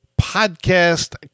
podcast